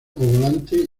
volante